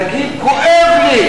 להגיד כואב לי.